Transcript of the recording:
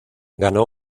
ganó